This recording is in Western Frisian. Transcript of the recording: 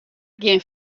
gjin